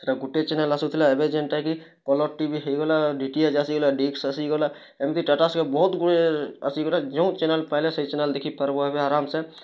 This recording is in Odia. ସେଇଟା ଗୁଟେ ଚ୍ୟାନେଲ୍ ଆସୁ ଥିଲା ଏବେ ଯେମ୍ତା କି କଲର୍ ଟିଭି ହେଇଗଲା ଡି ଟି ଏଚ୍ ଆସିଗଲା ଡିସ୍ ଆସିଗଲା ଏମିତି ଟାଟା ସ୍କାଏ ବହୁତ ଗୁଡ଼ିଏ ଆସିଗଲା ଯେଉଁ ଚ୍ୟାନେଲ୍ ପାଇଲେ ସେ ଚ୍ୟାନେଲ୍ ଦେଖି ପାର୍ବୁ ଏବେ ଆରାମ୍ ସେ